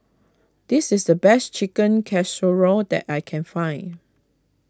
this is the best Chicken Casserole that I can find